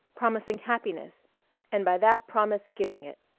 promising happiness and by that promise giving it.